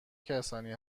کسانی